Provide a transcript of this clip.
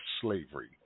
slavery